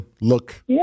look